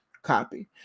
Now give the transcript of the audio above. Copy